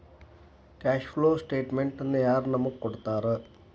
Cash flow ಸ್ಟೆಟಮೆನ್ಟನ ಯಾರ್ ನಮಗ್ ಕೊಡ್ತಾರ?